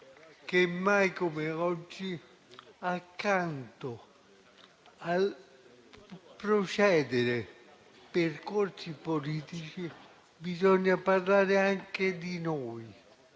che mai come oggi, accanto al procedere nei percorsi politici, bisogna parlare anche di noi,